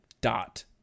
dot